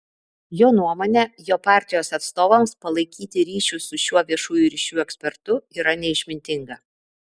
jo nuomone jo partijos atstovams palaikyti ryšius su šiuo viešųjų ryšių ekspertu yra neišmintinga